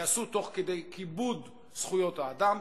ייעשו תוך כדי כיבוד זכויות האדם.